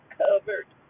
covered